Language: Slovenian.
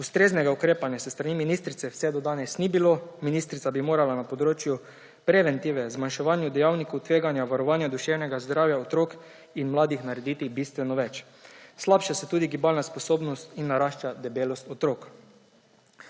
Ustreznega ukrepanja s strani ministrice vse do danes ni bilo. Ministrica bi morala na področju preventive, zmanjševanja dejavnikov tveganja varovanja duševnega zdravja otrok in mladih narediti bistveno več. Slabša se tudi gibalna sposobnost in narašča debelost otrok.